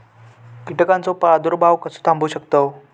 कीटकांचो प्रादुर्भाव कसो थांबवू शकतव?